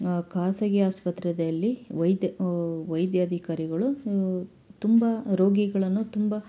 ಖಾಸಗಿ ಆಸ್ಪತ್ರೆಯಲ್ಲಿ ವೈದ್ಯ ವೈದ್ಯಾಧಿಕಾರಿಗಳು ತುಂಬ ರೋಗಿಗಳನ್ನು ತುಂಬ